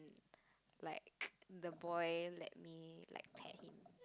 like the boy let me let a pay